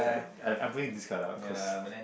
I I putting this card out cause